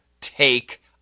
take